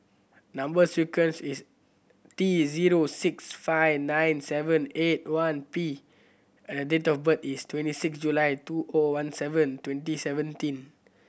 number sequence is T zero six five nine seven eight one P and date of birth is twenty six July two O one seven twenty seventeen